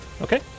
okay